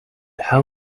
how